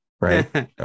right